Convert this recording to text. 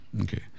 Okay